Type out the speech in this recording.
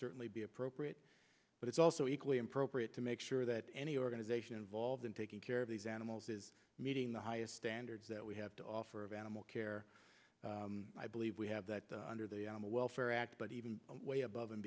certainly be appropriate but it's also equally and procreate to make sure that any organization involved in taking care of these animals is meeting the highest standards that we have to offer of animal care i believe we have that under the animal welfare act but even way above and